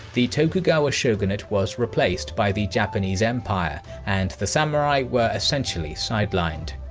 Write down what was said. the tokugawa shogunate was replaced by the japanese empire and the samurai were essentially sidelined.